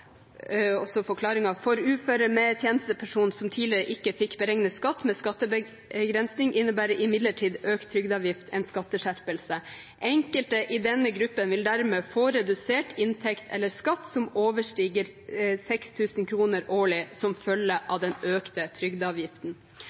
uføre med tjenestepensjon som tidligere ikke fikk beregnet skatt med skattebegrensning innebærer imidlertid økt trygdeavgift en skatteskjerpelse. Enkelte i denne gruppen vil dermed få redusert inntekt etter skatt som overstiger 6000 kr årlig som følge av den økte trygdeavgiften.»